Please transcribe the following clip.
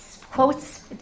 quotes